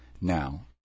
Now